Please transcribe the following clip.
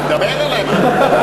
אז תדבר עלי משהו.